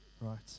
right